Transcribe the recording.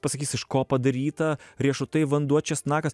pasakys iš ko padaryta riešutai vanduo česnakas